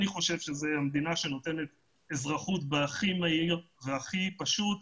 אני חושב שזו המדינה שנותנת אזרחית באופן הכי מהיר והכי פשוט.